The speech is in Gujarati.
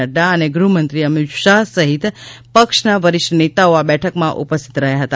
નઙા અને ગૃહમંત્રી અમિત શાહ સહિત પક્ષના વરિષ્ઠ નેતાઓ આ બેઠકમાં ઉપસ્થિત રહ્યા હતા